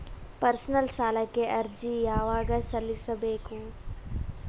Personal ಸಾಲಕ್ಕೆ ಅರ್ಜಿ ಯವಾಗ ಸಲ್ಲಿಸಬೇಕು?